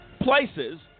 places